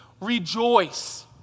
rejoice